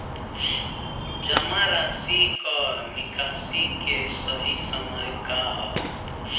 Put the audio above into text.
जमा राशि क निकासी के सही समय का ह?